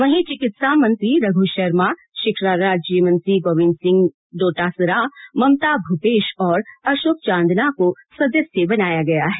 वहीं चिकित्सा मंत्री रघु शर्मा शिक्षा राज्यमंत्री गोविन्द सिंह डोटासरा ममता भूपेश और अशोक चांदना को सदस्य बनाया गया है